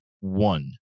one